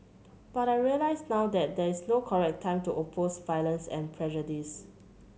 but I realise now that there is no correct time to oppose violence and prejudice